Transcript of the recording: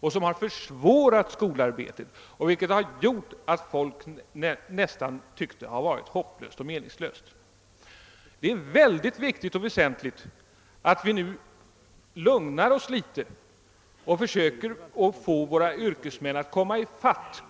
Dessa brister har försvårat skolarbetet och gjort att folk tyckt det vara nästan hopplöst och meningslöst. Det är synnerligen viktigt och väsentligt att vi nu lugnar oss litet och försöker få våra yrkesmän att komma i fatt